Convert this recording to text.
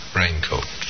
raincoat